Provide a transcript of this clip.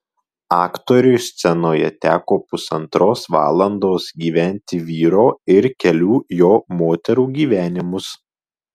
aktoriui scenoje teko pusantros valandos gyventi vyro ir kelių jo moterų gyvenimus